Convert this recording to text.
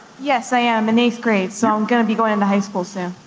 yes, i am. in eighth grade. so i'm gonna be going into high school soon.